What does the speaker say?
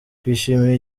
twishimiye